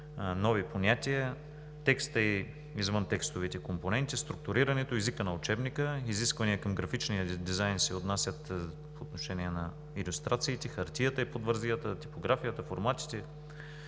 нови понятия; текста и извънтекстовите компоненти; структурирането езика на учебника. Изискванията към графичния дизайн се отнасят по отношение на: илюстрациите; хартията и подвързията; типографията; форматите;